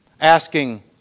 asking